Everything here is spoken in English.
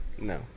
No